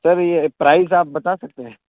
سر یہ پرائز آپ بتا سکتے ہیں